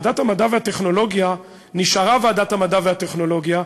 ועדת המדע והטכנולוגיה נשארה ועדת המדע והטכנולוגיה,